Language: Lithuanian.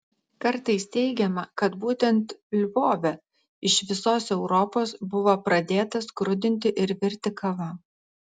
kartais teigiama kad būtent lvove iš visos europos buvo pradėta skrudinti ir virti kava